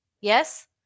Yes